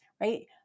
right